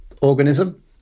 organism